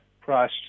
price